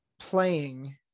playing